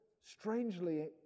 strangely